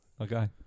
okay